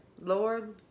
Lord